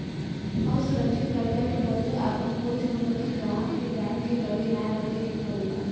असुरक्षित कर्जा के बदले आपन कोई संपत्ति ग्राहक के बैंक के लगे ना रखे के परेला